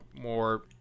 more